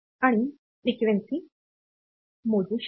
आणि वारंवारता मिळवा